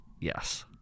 yes